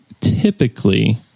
typically